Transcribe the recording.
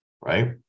right